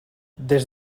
des